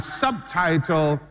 subtitle